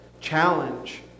challenge